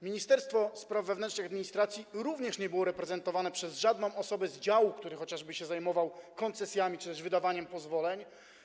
Ministerstwo Spraw Wewnętrznych i Administracji również nie było reprezentowane przez żadną osobę z działu, który np. zajmuje się koncesjami czy też wydawaniem pozwoleń.